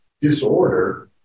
disorder